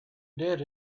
did